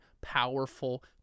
powerful